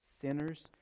sinners